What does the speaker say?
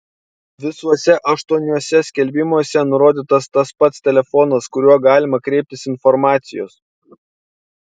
visuose aštuoniuose skelbimuose nurodytas tas pats telefonas kuriuo galima kreiptis informacijos